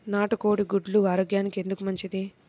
నాటు కోడి గుడ్లు ఆరోగ్యానికి ఎందుకు మంచిది?